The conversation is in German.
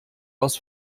aus